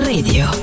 Radio